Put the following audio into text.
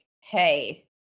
hey